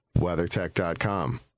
WeatherTech.com